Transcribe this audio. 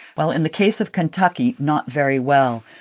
well, in the case of kentucky, not very well.